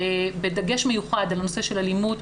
בדגש מיוחד על הנושא של אלימות,